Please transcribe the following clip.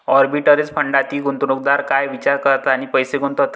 Arbitrage फंडांमधील गुंतवणूकदार काय विचार करतात आणि पैसे गुंतवतात?